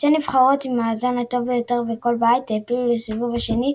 שתי הנבחרות עם המאזן הטוב ביותר בכל בית העפילו לסיבוב השני,